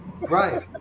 right